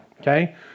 Okay